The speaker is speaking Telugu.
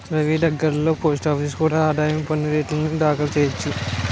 రవీ దగ్గర్లోని పోస్టాఫీసులో కూడా ఆదాయ పన్ను రేటర్న్లు దాఖలు చెయ్యొచ్చు